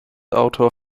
autor